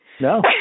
No